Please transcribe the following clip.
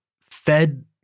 fed